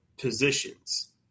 positions